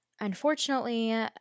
unfortunately